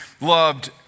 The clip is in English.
loved